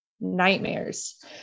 nightmares